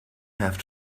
have